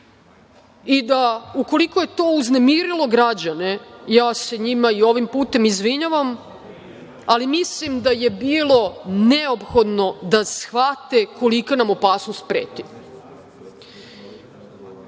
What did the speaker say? i da, ukoliko je to uznemirilo građane, ja se njima i ovim putem izvinjavam, ali mislim da je bilo neophodno da shvate kolika nam opasnost preti.I